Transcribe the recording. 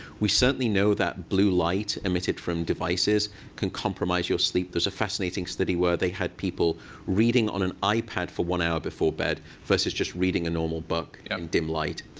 we certainly know that blue light emitted from devices can compromise your sleep. there's a fascinating study where they had people reading on an ipad for one hour before bed versus just reading a normal book in dim light.